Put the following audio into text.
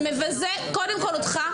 זה מבזה קודם כל אותך.